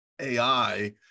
AI